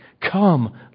Come